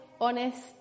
honest